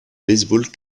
baseball